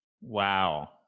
Wow